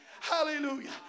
Hallelujah